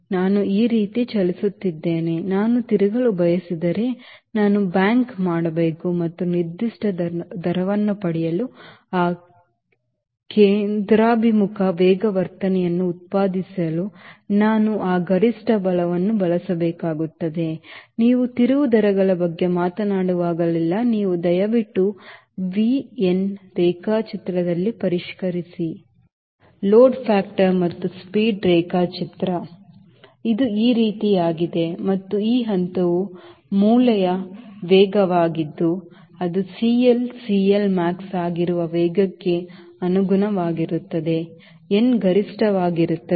ನಾನು ಈ ರೀತಿ ಚಲಿಸುತ್ತಿದ್ದೇನೆ ನಾನು ತಿರುಗಲು ಬಯಸಿದರೆ ನಾನು ಬ್ಯಾಂಕ್ ಮಾಡಬೇಕು ಮತ್ತು ನಿರ್ದಿಷ್ಟ ದರವನ್ನು ಪಡೆಯಲು ಆ ಕೇಂದ್ರಾಭಿಮುಖ ವೇಗವರ್ಧನೆಯನ್ನು ಉತ್ಪಾದಿಸಲು ನಾನು ಆ ಲಿಫ್ಟ್ ಬಲವನ್ನು ಬಳಸಬೇಕಾಗುತ್ತದೆ ನೀವು ತಿರುವು ದರಗಳ ಬಗ್ಗೆ ಮಾತನಾಡುವಾಗಲೆಲ್ಲಾ ನೀವು ದಯವಿಟ್ಟು V nರೇಖಾಚಿತ್ರದಲ್ಲಿ ಪರಿಷ್ಕರಿಸಿ ಲೋಡ್ ಫ್ಯಾಕ್ಟರ್ ಮತ್ತು ಸ್ಪೀಡ್ ರೇಖಾಚಿತ್ರ ಇದು ಈ ರೀತಿಯದ್ದಾಗಿದೆ ಮತ್ತು ಈ ಹಂತವು ಮೂಲೆಯ ವೇಗವಾಗಿದ್ದು ಅದು CL CLmax ಆಗಿರುವ ವೇಗಕ್ಕೆ ಅನುಗುಣವಾಗಿರುತ್ತದೆ n ಗರಿಷ್ಠವಾಗಿರುತ್ತದೆ